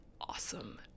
awesome